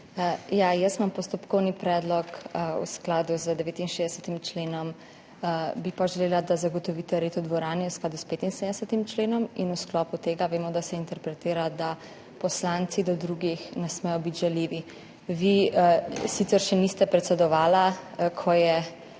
jaz imam postopkovni predlog v skladu z 69. členom, bi pa želela, da zagotovite red v dvorani v skladu s 75. členom in v sklopu tega vemo, da se interpretira, da poslanci do drugih ne smejo biti žaljivi. Vi sicer še niste predsedovali, ko je gospod Janša